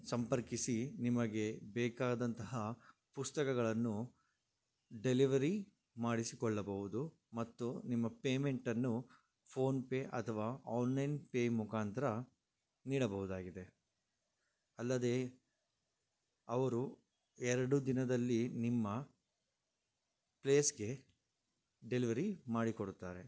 ಸಂಪರ್ಕಿಸಿ ನಿಮಗೆ ಬೇಕಾದಂತಹ ಪುಸ್ತಕಗಳನ್ನು ಡೆಲಿವರಿ ಮಾಡಿಸಿಕೊಳ್ಳಬಹುದು ಮತ್ತು ನಿಮ್ಮ ಪೇಮೆಂಟನ್ನು ಫೋನ್ಪೇ ಅಥವಾ ಆನ್ಲೈನ್ ಪೇ ಮುಖಾಂತರ ನೀಡಬೋದಾಗಿದೆ ಅಲ್ಲದೆ ಅವರು ಎರಡು ದಿನದಲ್ಲಿ ನಿಮ್ಮ ಪ್ಲೇಸಿಗೆ ಡೆಲಿವರಿ ಮಾಡಿಕೊಡುತ್ತಾರೆ